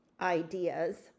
ideas